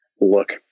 Look